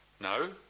No